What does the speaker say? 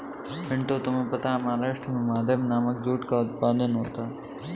पिंटू तुम्हें पता है महाराष्ट्र में महादेव नामक जूट का उत्पादन होता है